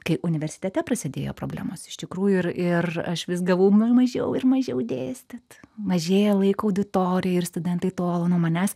kai universitete prasidėjo problemos iš tikrųjų ir ir aš vis gavau mažiau ir mažiau dėstyt mažėjo laiko auditorijoj ir studentai tolo nuo manęs